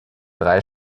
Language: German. drei